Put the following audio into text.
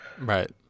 Right